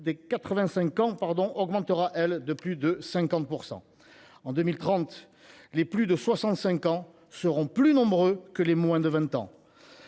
de 85 ans augmentera, elle, de plus de 50 %. En 2030, les plus de 65 ans seront plus nombreux que les moins de 20 ans.